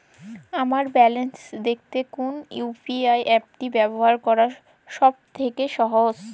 আমার ব্যালান্স দেখতে কোন ইউ.পি.আই অ্যাপটি ব্যবহার করা সব থেকে সহজ?